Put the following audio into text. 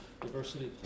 diversity